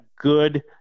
good